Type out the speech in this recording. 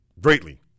greatly